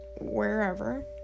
wherever